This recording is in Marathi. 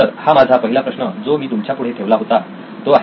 तर हा माझा पहिला प्रश्न जो मी तुमच्यापुढे ठेवला होता तो आहे